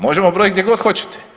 Možemo brojiti gdje god hoćete.